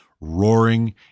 roaring